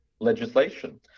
legislation